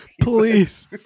Please